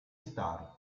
star